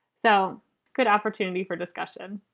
so good opportunity for discussion.